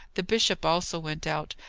the bishop also went out,